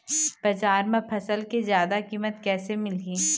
बजार म फसल के जादा कीमत कैसे मिलही?